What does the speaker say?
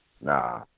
Nah